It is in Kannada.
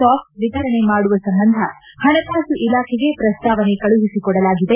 ಸಾಕ್ಸ್ ವಿತರಣೆ ಮಾಡುವ ಸಂಬಂಧ ಪಣಕಾಸು ಇಲಾಖೆಗೆ ಪ್ರಸ್ತಾವನೆ ಕಳುಹಿಸಿಕೊಡಲಾಗಿದೆ